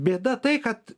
bėda tai kad